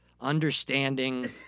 understanding